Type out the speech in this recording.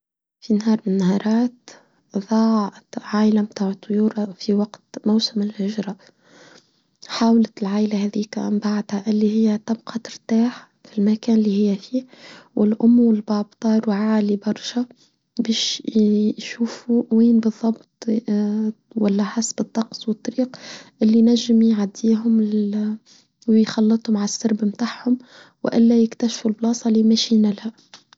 في نهار من النهارات ضاعت عائلة طيورها في وقت موسم الهجرة حاولت العائلة هذيك من بعدها أن هى تبقى ترتاح في المكان الي هي فيه والأم والباب طاروا عالي برشا بش يشوفووين بالضبط والحسب الطقس والطريق إلي نچم يعديهم و يخلطهم عالسرب بمتاحهم وإلا يكتشفوا البلاصه التي يمشون لها.